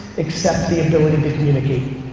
except the ability and to communicate.